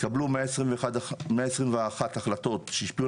התקבלו מאה עשרים ואחת החלטות שהשפיעו